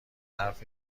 حرف